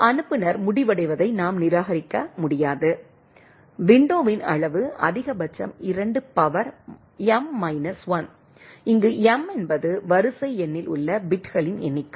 அனுப்புநர் முடிவடைவதை நாம் நிராகரிக்க முடியாது விண்டோவின் அளவு அதிகபட்சம் 2 பவர் m மைனஸ் 1 இங்கு m என்பது வரிசை எண்ணில் உள்ள பிட்களின் எண்ணிக்கை